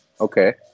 okay